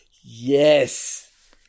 Yes